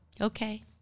Okay